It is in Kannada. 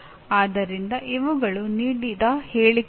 ಆದ್ದರಿಂದ ಇವುಗಳು ನೀಡಿದ ಹೇಳಿಕೆಗಳು